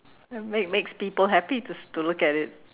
make makes people happy to to look at it